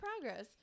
progress